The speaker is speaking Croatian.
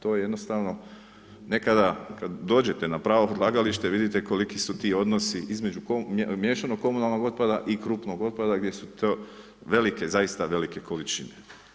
To jednostavno nekada kada dođete na pravo odlagalište vidite koliki su ti odnosi između miješanog komunalnog otpada i krupnog otpada gdje su to velike, zaista velike količine.